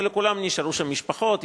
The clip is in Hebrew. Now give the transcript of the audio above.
ולכולם נשארו שם משפחות,